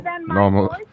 normal